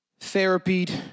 therapied